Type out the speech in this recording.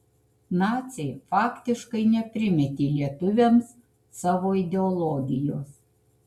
naciai faktiškai neprimetė lietuviams savo ideologijos